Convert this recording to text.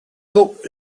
book